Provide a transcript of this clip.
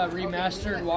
remastered